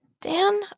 Dan